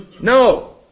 No